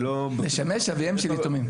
לשמש אביהם של יתומים.